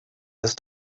ist